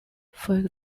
for